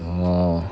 orh